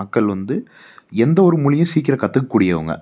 மக்கள் வந்து எந்த ஒரு மொழியும் சீக்கிரம் கத்துக்க கூடியவங்க